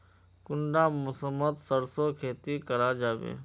कुंडा मौसम मोत सरसों खेती करा जाबे?